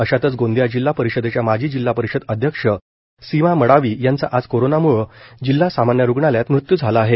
अशातच गोंदिया जिल्हा परीषदेच्या माजी जिल्हा परिषद अध्यक्ष सिमा मडावी यांचा आज कोरोनामुळे जिल्हा सामान्य रुग्णालयात मृत्यू झाला आहे